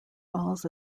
falls